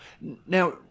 Now